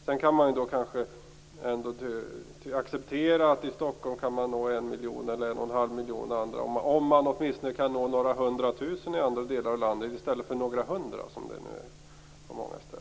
Sedan kan vi kanske ändå acceptera att man i Stockholm kan nå en och en halv miljon andra, om man åtminstone kan nå några hundra tusen i andra delar av landet i stället för några hundra, som det nu är på många ställen.